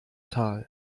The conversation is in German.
tal